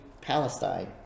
Palestine